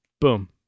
boom